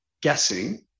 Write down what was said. guessing